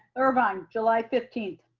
irvine, july fifteenth.